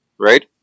right